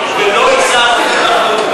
אולי אפשר להגיע,